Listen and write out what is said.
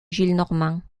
gillenormand